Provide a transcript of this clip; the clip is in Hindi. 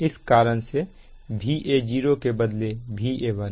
इस कारण से Va0 के बदले Va1